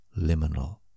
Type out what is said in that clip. liminal